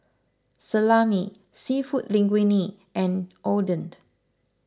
Salami Seafood Linguine and Odent